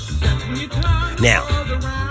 Now